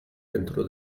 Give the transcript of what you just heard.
dentro